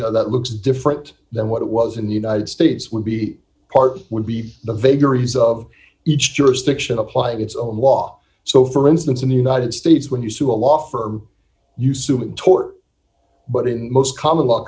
team that looks different than what it was in the united states would be part would be the vagaries of each jurisdiction apply its own law so for instance in the united states when you sue a law firm you soon tort but in most common law